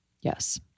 Yes